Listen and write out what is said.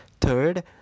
Third